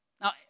Now